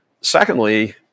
Secondly